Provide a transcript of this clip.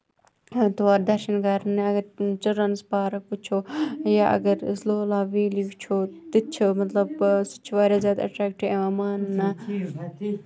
تور دَرشن کرنہِ اَگر چِلڈرَنٔز پارٕک چھُ یا اَگر أسۍ لولاب ویلی أسۍ وٕچھو تَتہِ چھُ مطلب سُہ چھُ مطلب واریاہ زیادٕ ایٹریکٹیو یِوان ماننہٕ